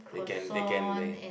they can they can they